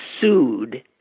sued